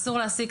אסור להעסיק,